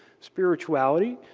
spirituality,